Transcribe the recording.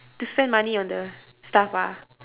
to spend money on the stuff ah